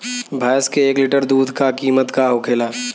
भैंस के एक लीटर दूध का कीमत का होखेला?